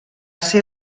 ser